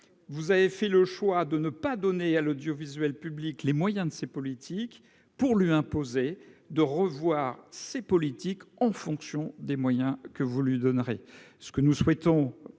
vous avez fait le choix de ne pas donner à l'audiovisuel public les moyens de ses politiques pour lui imposer de les revoir en fonction des moyens que vous lui donnerez